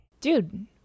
Dude